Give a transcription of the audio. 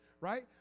right